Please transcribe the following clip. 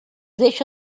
deixa